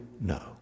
no